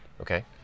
Okay